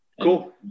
Cool